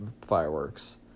Fireworks